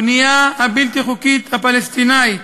הבנייה הבלתי-חוקית הפלסטינית